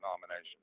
nomination